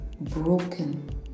broken